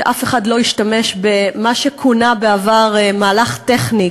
שאף אחד לא ישתמש במה שכונה בעבר "מהלך טכני",